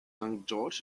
george’s